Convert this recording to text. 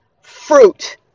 fruit